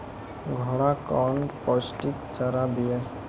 घोड़ा कौन पोस्टिक चारा दिए?